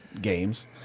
games